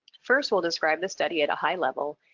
first we'll describe the study at a high level,